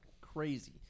Crazy